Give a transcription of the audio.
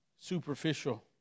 superficial